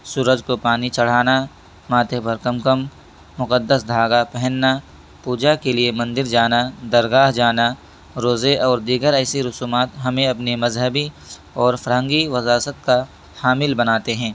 سورج کو پانی چڑھانا ماتھے پر قم قم مقدس دھاگا پہننا پوجا کے لیے مندر جانا درگاہ جانا روزے اور دیگر ایسی رسومات ہمیں اپنے مذہبی اور فرہنگی وراثت کا حامل بناتے ہیں